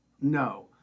no